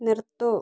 നിർത്തൂ